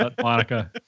Monica